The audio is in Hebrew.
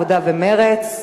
העבודה ומרצ.